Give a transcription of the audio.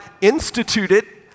instituted